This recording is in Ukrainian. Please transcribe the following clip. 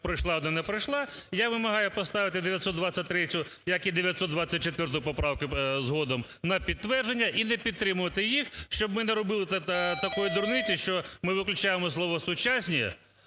пройшла, одна не пройшла, я вимагаю поставити 923-ю як і 924 поправку згодом на підтвердження і не підтримувати їх, щоб ми не робили такої дурниці, що ми виключаємо слово "сучасні"